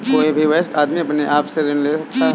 कोई भी वयस्क आदमी अपने आप से ऋण ले सकता है